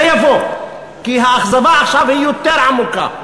זה יבוא, כי האכזבה עכשיו היא יותר עמוקה,